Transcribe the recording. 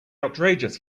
outrageous